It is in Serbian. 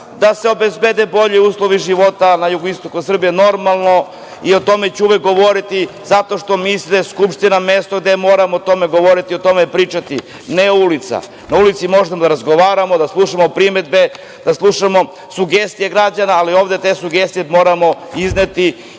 da se obezbede bolji uslovi života na jugoistoku Srbije. Normalno, o tome ću uvek govoriti, zato što mislim da je Skupština mesto gde moramo o tome govoriti, o tome pričati, a ne ulica. Na ulici možemo da razgovaramo, da slušamo primedbe, da slušamo sugestije građana, ali ovde te sugestije moramo izneti